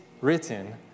written